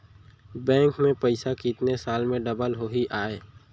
Bank में पइसा कितने साल में डबल होही आय?